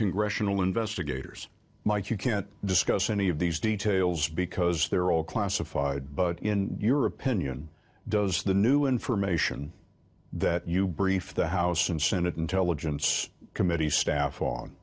congressional investigators mike you can't discuss any of these details because they're all classified but in your opinion does the new information that you brief the house and senate intelligence committee staff on